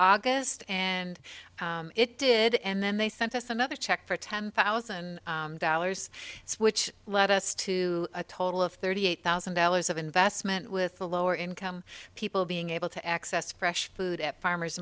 august and it did and then they sent us another check for ten thousand dollars which led us to a total of thirty eight thousand dollars of investment with the lower income people being able to access fresh food at farmer